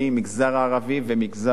במגזר הערבי ובמגזר החרדי: